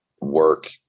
work